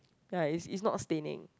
ya is is not staining